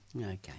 Okay